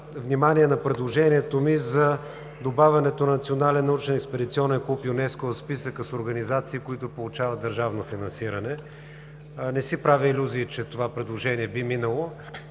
внимание на предложението ми за добавянето на Национален научен експедиционен клуб ЮНЕСКО в списъка с организации, които получават държавно финансиране. Не си правя илюзии, че това предложение би минало.